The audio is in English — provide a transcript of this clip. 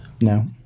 No